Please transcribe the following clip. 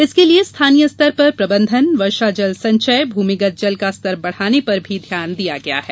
इसके लिये स्थानीय स्तर पर प्रबंधन वर्षा जल संचय भूमिगत जल का स्तर बढ़ाने पर भी ध्यान दिया गया है